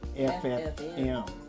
FFM